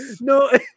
no